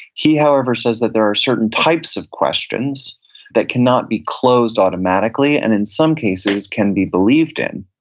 he, however, says that there are certain types of questions that cannot be closed automatically and, in some cases, can be believed in,